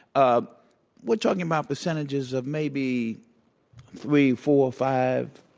um we're talking about percentages of maybe three, four, five,